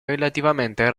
relativamente